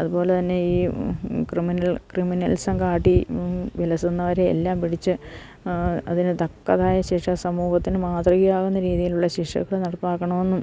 അതുപോലെത്തന്നെ ഈ criminal criminalism കാട്ടി വിലസുന്നവരെയെല്ലാം പിടിച്ച് അതിന് തക്കതായ ശിക്ഷ സമൂഹത്തിന് മാതൃകയാകുന്ന രീതിയിലുള്ള ശിക്ഷയൊക്കെ നടപ്പാക്കണമെന്നും